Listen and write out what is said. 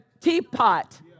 teapot